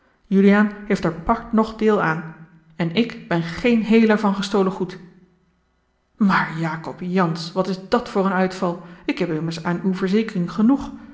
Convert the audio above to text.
juliaan heeft er part noch deel aan en ik ben geen heler van gestolen goed maar jacob jansz wat is dat voor een uitval ik heb immers aan uwe verzekering genoeg